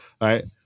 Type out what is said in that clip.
right